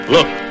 Look